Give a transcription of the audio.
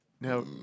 now